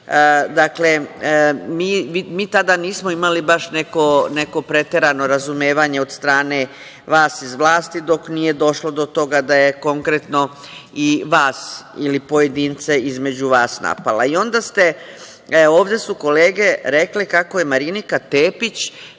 sa vaše strane, neko preterano razumevanje od strane vas iz vlasti, dok nije došlo do toga da je konkretno i vas ili pojedince između vas napala. Ovde su kolege rekle, kako je Marinika Tepić